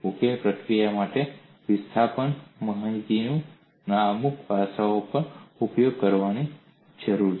ઉકેલ પ્રક્રિયા માટે વિસ્થાપન માહિતીના અમુક પાસાઓનો પણ ઉપયોગ કરવાની જરૂર છે